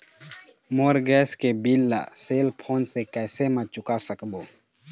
मोर gas के bill ला cell phone से कैसे म चुका सकबो?